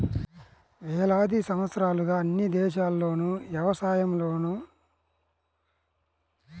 వేలాది సంవత్సరాలుగా అన్ని దేశాల్లోనూ యవసాయంలో బాగంగానే పాడిపరిశ్రమ ఉండేది